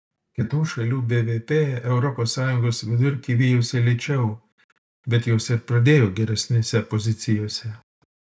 kitų šalių bvp europos sąjungos vidurkį vijosi lėčiau bet jos ir pradėjo geresnėse pozicijose